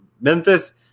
Memphis